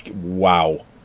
wow